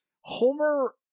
homer